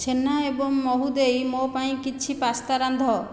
ଛେନା ଏବଂ ମହୁ ଦେଇ ମୋ ପାଇଁ କିଛି ପାସ୍ତା ରାନ୍ଧ